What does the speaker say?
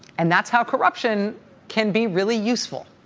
and that's how corruption can be really useful.